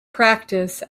practice